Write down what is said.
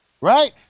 Right